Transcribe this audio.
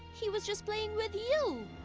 he was just playing with you.